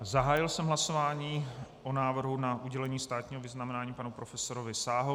Zahájil jsem hlasování o návrhu na udělení státního vyznamenání panu profesorovi Sáhovi.